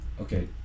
okay